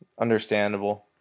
Understandable